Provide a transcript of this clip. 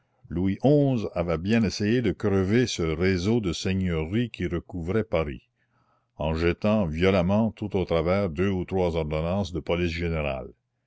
louis xi avait bien essayé de crever ce réseau de seigneuries qui recouvrait paris en jetant violemment tout au travers deux ou trois ordonnances de police générale